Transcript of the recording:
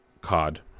COD